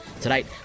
Tonight